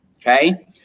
okay